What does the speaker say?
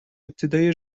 ابتدای